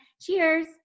cheers